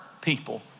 people